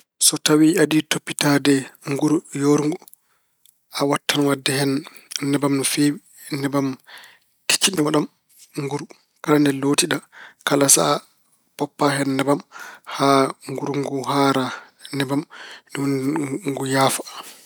So tawi aɗa yiɗi toppitaade nguru yoorngu, a waɗtan waɗde hen nebam no feewi, nebam kecciɗinoojam nguru. Kala nde lootiɗa, kala sahaa, poppaa hen nebam haa nguru ngu haara nebam. Nde woni ngu yaafa.